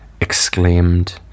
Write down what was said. exclaimed